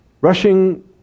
Rushing